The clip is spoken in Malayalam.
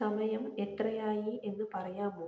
സമയം എത്രയായി എന്ന് പറയാമോ